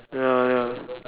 ya ya